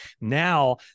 Now